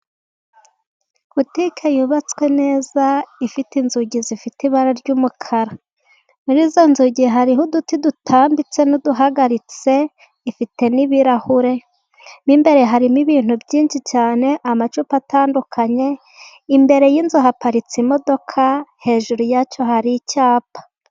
Butike yubatswe neza ifite inzugi zifite ibara ry'umukara. Muri izo nzugi hariho uduti dutambitse n'uduhagaritse, ifite n'ibirahure. Mo imbere harimo ibintu byinshi cyane. Amacupa atandukanye, imbere y'inzu haparitse imodoka, hejuru yacyo hari icyapa.